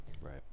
right